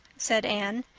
said anne.